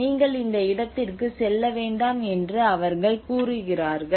நீங்கள் இந்த இடத்திற்குச் செல்ல வேண்டாம் என்று அவர்கள் கூறுகிறார்கள்